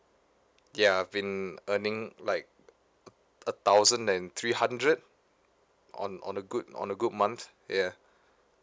yeah I've been earning like a thousand and three hundred on on a good on a good month yeah